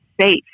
safe